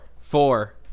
Four